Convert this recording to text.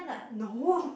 no